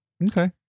Okay